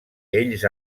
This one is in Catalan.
ells